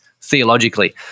theologically